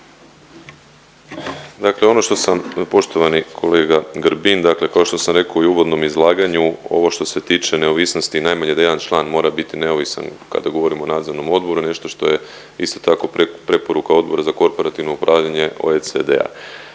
Dakle ono što sam poštovani kolega Grbin, dakle kao što sam rekao i u uvodnom izlaganju ovo što se tiče neovisnosti i najmanje da jedan član mora biti neovisan kada govorimo o nadzornom odboru je nešto što je isto tako preporuka Odbora za korporativno upravljanje OECD-a.